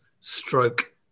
stroke